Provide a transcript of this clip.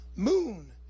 moon